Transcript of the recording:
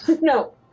No